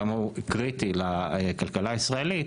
כמה הוא קריטי לכלכלה הישראלית,